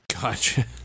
Gotcha